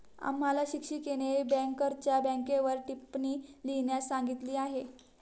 आम्हाला शिक्षिकेने बँकरच्या बँकेवर टिप्पणी लिहिण्यास सांगितली आहे